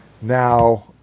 now